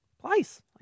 place